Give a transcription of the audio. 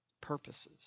purposes